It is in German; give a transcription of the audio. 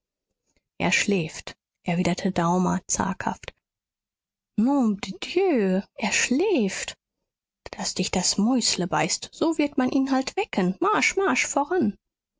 er schläft erwiderte daumer zaghaft nom de dieu er schläft daß dich das mäusle beißt so wird man ihn halt wecken marsch marsch voran